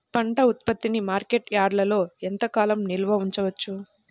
పంట ఉత్పత్తిని మార్కెట్ యార్డ్లలో ఎంతకాలం నిల్వ ఉంచవచ్చు?